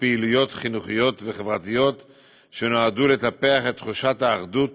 פעילויות חינוכיות וחברתיות שנועדו לטפח את תחושת האחדות